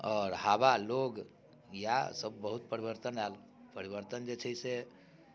आओर हवा लोक इएह सभ बहुत परिवर्तन आएल परिवर्तन जे छै से